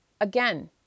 Again